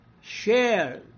Share